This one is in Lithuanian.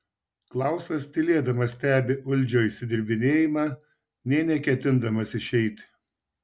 klausas tylėdamas stebi uldžio išsidirbinėjimą nė neketindamas išeiti